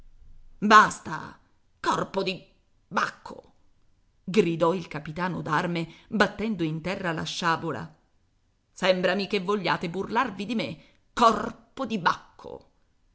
basta corpo di bacco gridò il capitan d'arme battendo in terra la sciabola sembrami che vogliate burlarvi di me corpo di bacco